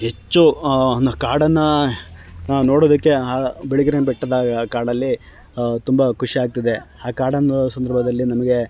ಹೆಚ್ಚು ಆ ಕಾಡನ್ನು ನಾವು ನೋಡೋದಕ್ಕೆ ಆ ಬಿಳಿಗಿರಿ ರಂಗನ ಬೆಟ್ಟದ ಕಾಡಲ್ಲಿ ತುಂಬ ಖುಷಿ ಆಗ್ತದೆ ಆ ಕಾಡನ್ನ ನೋಡೋ ಸಂದರ್ಭದಲ್ಲಿ ನಮಗೆ